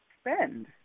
spend